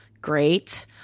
Great